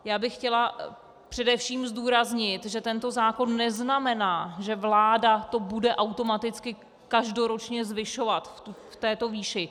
Já bych chtěla především zdůraznit, že tento zákon neznamená, že vláda to bude automaticky každoročně zvyšovat v této výši.